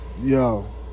Yo